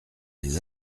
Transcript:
les